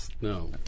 No